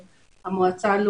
בכנסת.